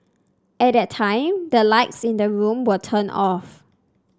at that time the lights in the room were turned off